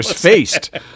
faced